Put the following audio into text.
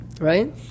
Right